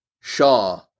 Shaw